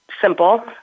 simple